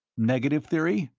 negative theory?